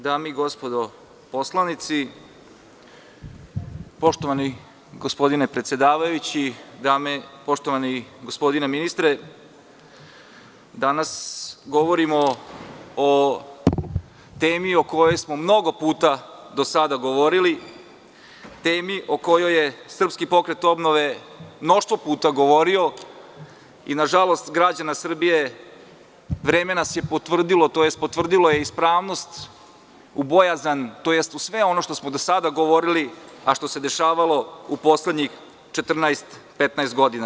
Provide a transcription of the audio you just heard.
Dame i gospodo poslanici, poštovani gospodine predsedavajući, poštovani gospodine ministre, danas govorimo o temi o kojoj smo mnogo puta do sada govorili, temi o kojoj je SPO mnoštvo puta govorio i na žalost građana Srbije vreme je potvrdilo ispravnost u bojazan, tj. u sve ono što smo do sada govorili, a što se dešavalo u poslednjih 14 – 15 godina.